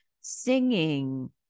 singing